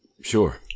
Sure